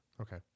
Okay